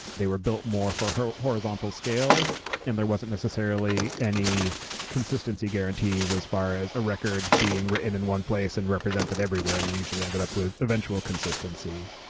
they were built more for horizontal scale and there wasn't necessarily any consistency guarantees as far as a record being written in one place and represented everywhere. you usually ended up with eventual consistency.